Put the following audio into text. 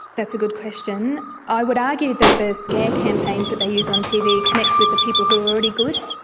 that's a good question. i would argue that the scare campaigns that they use on tv connect with the people who are already good,